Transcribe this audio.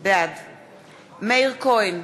בעד מאיר כהן,